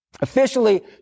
Officially